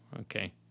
okay